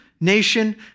nation